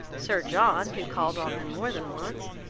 sir john, who called on them more than once,